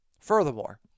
Furthermore